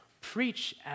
preach